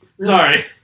sorry